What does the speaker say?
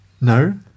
No